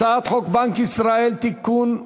הצעת חוק בנק ישראל (תיקון,